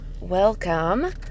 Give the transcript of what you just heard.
welcome